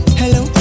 hello